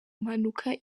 mpanuka